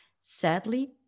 Sadly